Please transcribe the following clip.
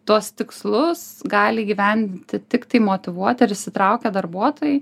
tuos tikslus gali įgyvendinti tiktai motyvuoti ir įsitraukę darbuotojai